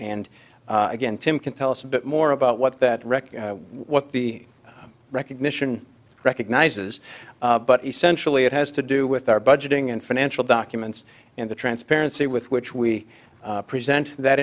and again tim can tell us a bit more about what that record what the recognition recognizes but essentially it has to do with our budgeting and financial documents and the transparency with which we present that